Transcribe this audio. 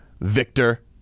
Victor